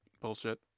bullshit